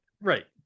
right